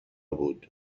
بود